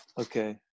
Okay